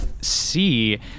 see